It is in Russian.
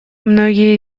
многие